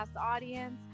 audience